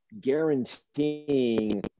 guaranteeing